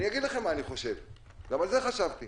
חשבתי